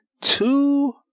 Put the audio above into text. Two